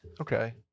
okay